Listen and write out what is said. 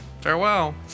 Farewell